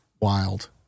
wild